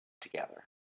together